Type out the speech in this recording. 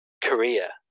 Korea